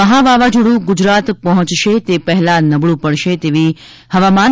મહા વાવાઝોડું ગુજરાત પહોંચશે તે પહેલા નબળું પડશે તેવી હવામાન